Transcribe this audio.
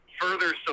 further